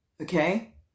Okay